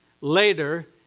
later